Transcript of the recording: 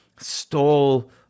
stole